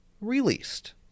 released